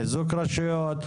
חיזוק רשויות,